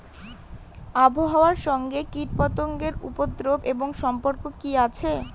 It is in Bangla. আবহাওয়ার সঙ্গে কীটপতঙ্গের উপদ্রব এর সম্পর্ক কি আছে?